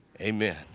Amen